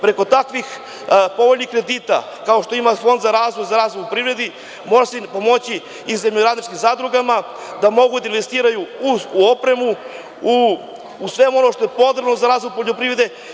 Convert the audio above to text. Preko takvih povoljnih kredita, kao što ima Fond za razvoj za razvoj u privredi može se pomoći i zemljoradničkim zadrugama da mogu da investiraju u opremu, u sve ono što je potrebno za razvoj poljoprivrede.